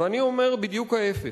ואני אומר: בדיוק ההיפך.